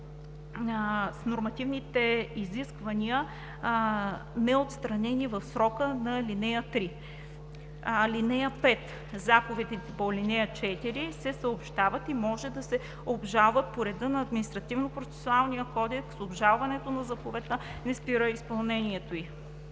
с нормативните изисквания, неотстранени в срока по ал. 3. (5) Заповедите по ал. 4 се съобщават и може да се обжалват по реда на Административнопроцесуалния кодекс. Обжалването на заповедта не спира изпълнението ѝ.“